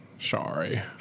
Sorry